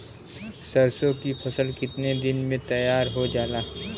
सरसों की फसल कितने दिन में तैयार हो जाला?